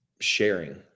sharing